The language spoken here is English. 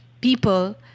people